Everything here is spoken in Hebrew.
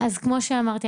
אז כמו שאמרתי,